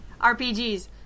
rpgs